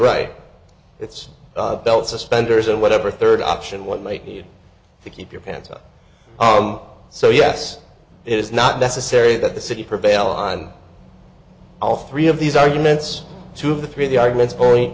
right it's belt suspenders and whatever third option one might need to keep your pants up so yes it is not necessary that the city prevail on all three of these arguments two of the three the arguments